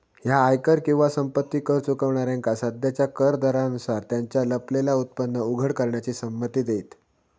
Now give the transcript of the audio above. ह्या आयकर किंवा संपत्ती कर चुकवणाऱ्यांका सध्याच्या कर दरांनुसार त्यांचा लपलेला उत्पन्न उघड करण्याची संमती देईत